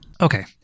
Okay